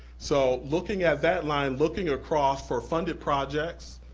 so looking at that line, looking across for funded projects,